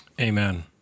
amen